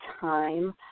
time